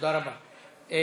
תודה רבה.